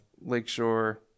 Lakeshore